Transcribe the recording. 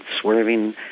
swerving